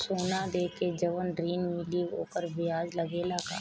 सोना देके जवन ऋण मिली वोकर ब्याज लगेला का?